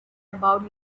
about